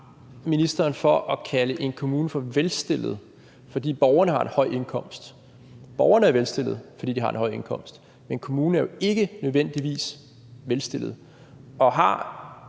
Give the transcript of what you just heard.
for at kalde en kommune for velstillet, fordi borgerne har en høj indkomst? Borgerne er velstillede, fordi de har en høj indkomst – men kommunen er jo ikke nødvendigvis velstillet. Og har